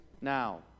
now